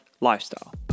lifestyle